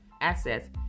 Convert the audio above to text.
assets